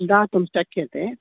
दातुं शक्यते